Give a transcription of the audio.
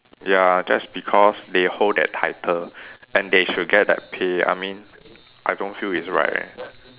ya just because they hold that title and they should get that pay I mean I don't feel it's right leh